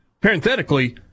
parenthetically